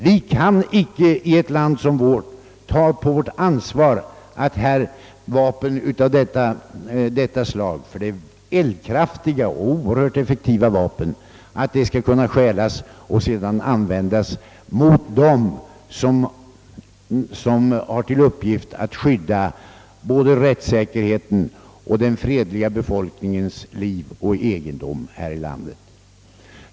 Vi kan inte ta på vårt ansvar att vapen av detta slag — eldkraftiga och oerhört effektiva vapen — skall kunna stjälas och sedan användas mot dem som har till uppgift att skydda rättssäkerheten och den fredliga befolkningens liv och egendom.